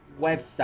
website